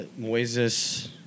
Moises